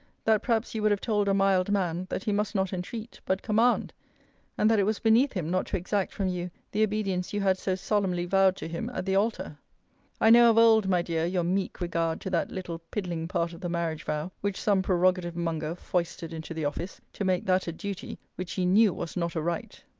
that perhaps you would have told a mild man, that he must not entreat, but command and that it was beneath him not to exact from you the obedience you had so solemnly vowed to him at the altar i know of old, my dear, your meek regard to that little piddling part of the marriage-vow which some prerogative-monger foisted into the office, to make that a duty, which he knew was not a right.